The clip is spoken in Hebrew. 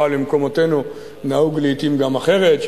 אבל במקומותינו נהוג לעתים גם אחרת,